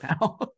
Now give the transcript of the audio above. now